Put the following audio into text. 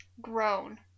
Grown